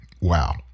Wow